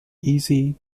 easy